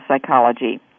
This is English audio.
psychology